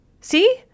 see